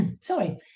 sorry